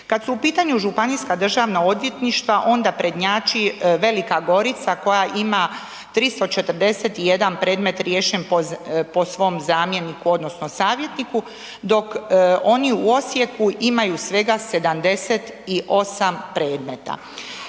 Kad su u pitanju županijska državna odvjetništva onda prednjači Velika Gorica koja ima 341 predmet riješen po svom zamjeniku odnosno savjetniku, dok oni u Osijeku imaju svega 78 predmeta.